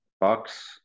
Bucks